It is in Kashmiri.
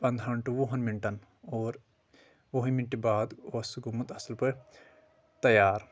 پنٛدہن ٹو وُہن منٹن اور وُہہِ منٹہِ باد اوس سُہ گوٚومُت اصِل پٲٹھۍ تیار